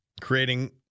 creating